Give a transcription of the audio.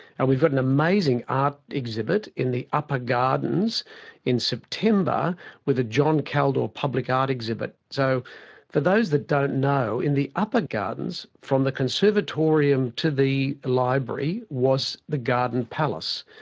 and we've got an amazing art exhibit in the upper gardens in september with the john caldor public art exhibit. so for those that don't know, in the upper gardens, from the conservatorium to the library was the garden palace.